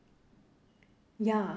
ya